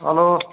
hello